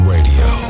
Radio